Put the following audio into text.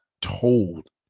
told